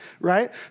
right